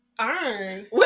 Earn